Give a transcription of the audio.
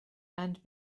and